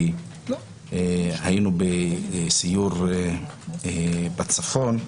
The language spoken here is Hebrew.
כי היינו בסיור בצפון.